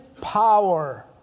power